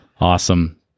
Awesome